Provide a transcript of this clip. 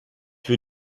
für